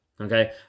okay